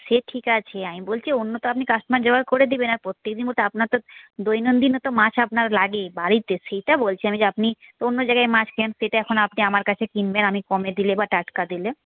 সে ঠিক আছে আমি বলছি অন্য তো আপনি কাস্টমার জোগাড় করে দেবেন এখন প্রত্যেক দিন দৈনন্দিনও তো মাছ আপনার লাগে বাড়িতে সেইটা বলছি আমি আপনি অন্য জায়গায় মাছ কেনেন সেটা এখন আপনি আমার কাছে কিনবেন আমি কমে দিলে বা টাটকা দিলে